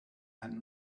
and